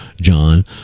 John